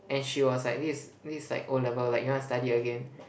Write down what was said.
and she was like this this like O-level like you wanna study again